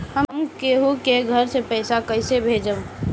हम केहु के घर से पैसा कैइसे भेजम?